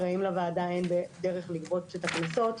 הרי, אם לוועדה אין דרך לגבות את הקנסות,